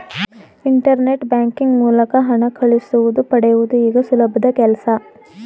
internet banking ಮೂಲಕ ಹಣ ಕಳಿಸುವುದು ಪಡೆಯುವುದು ಈಗ ಸುಲಭದ ಕೆಲ್ಸ